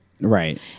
Right